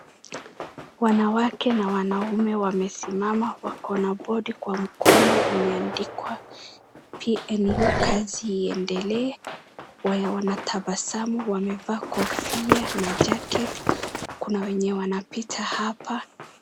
Wanawake na wanume wamesimama wako na bodi kwa mkono imeandikwa PNU kazi iendelee. Watabasamu, wamevaa kofia na jacket . Kuna wenye wanapita hapa.